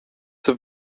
zum